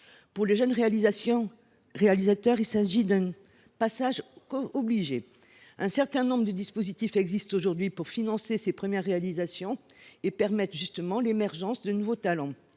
Pour les jeunes réalisateurs, il s’agit d’un passage obligé. Un certain nombre de dispositifs existent aujourd’hui pour financer ces premières réalisations et permettre l’émergence de nouveaux talents.